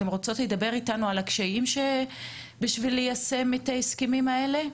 אתן רוצות לדבר אתנו על הקשיים ביישום ההסכמים האלה?